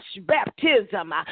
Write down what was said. baptism